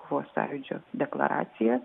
kovos sąjūdžio deklaraciją